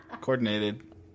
Coordinated